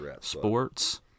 sports